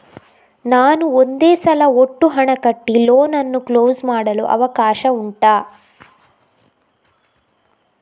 ನಾನು ಒಂದೇ ಸಲ ಒಟ್ಟು ಹಣ ಕಟ್ಟಿ ಲೋನ್ ಅನ್ನು ಕ್ಲೋಸ್ ಮಾಡಲು ಅವಕಾಶ ಉಂಟಾ